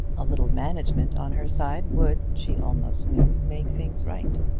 a little management on her side would, she almost knew, make things right.